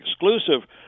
exclusive